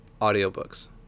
audiobooks